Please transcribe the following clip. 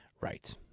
Right